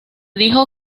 dijo